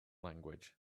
language